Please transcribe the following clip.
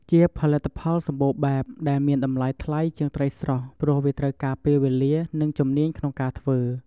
ជាផលិតផលសម្បូរបែប ដែលមានតម្លៃថ្លៃជាងត្រីស្រស់ ព្រោះវាត្រូវការពេលវេលា និងជំនាញក្នុងការធ្វើ។